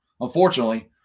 unfortunately